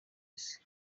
isi